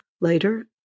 later